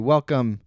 Welcome